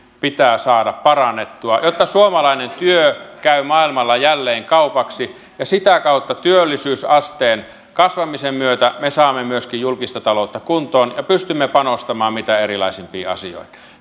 pitää saada parannettua jotta suomalainen työ käy maailmalla jälleen kaupaksi ja sitä kautta työllisyysasteen kasvamisen myötä me saamme myöskin julkista taloutta kuntoon ja pystymme panostamaan mitä erilaisimpiin asioihin